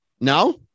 No